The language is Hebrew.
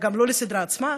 וגם לא לסדרה עצמה,